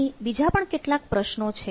અહીં બીજા પણ કેટલાક પ્રશ્નો છે